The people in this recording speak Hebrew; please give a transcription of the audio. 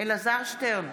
אלעזר שטרן,